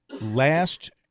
last –